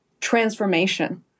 transformation